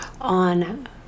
on